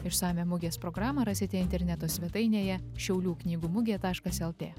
išsamią mugės programą rasite interneto svetainėje šiaulių knygų mugė taškas lt